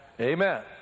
Amen